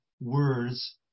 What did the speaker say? words